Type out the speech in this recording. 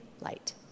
light